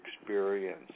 experience